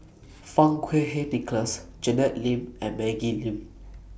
Fang Kuo Wei Nicholas Janet Lim and Maggie Lim